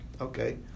okay